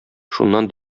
шуннан